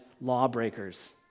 lawbreakers